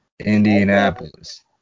Indianapolis